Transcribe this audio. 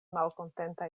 malkontenta